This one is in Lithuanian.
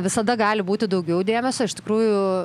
visada gali būti daugiau dėmesio iš tikrųjų